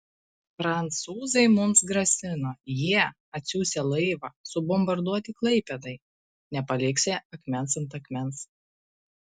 prancūzai mums grasino jie atsiųsią laivą subombarduoti klaipėdai nepaliksią akmens ant akmens